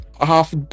half